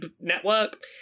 network